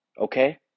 Okay